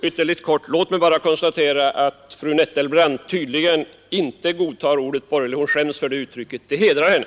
Herr talman! Låt mig bara ytterligt kort konstatera att fru Nettelbrandt tydligen inte godtar ordet borgerlig. Hon skäms för det uttrycket. Det hedrar henne!